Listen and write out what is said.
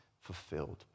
fulfilled